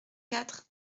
quatre